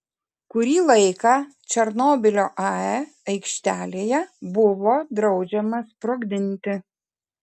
kurį laiką černobylio ae aikštelėje buvo draudžiama sprogdinti